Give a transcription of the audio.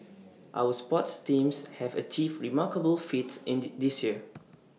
our sports teams have achieved remarkable feats in the this year